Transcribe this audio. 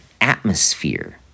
atmosphere